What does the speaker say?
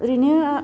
ओरैनो